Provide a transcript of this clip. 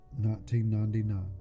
1999